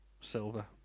Silver